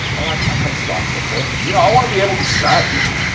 i like my headstocks, ok? you know i want to be able to stab people.